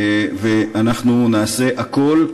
ואנחנו נעשה הכול,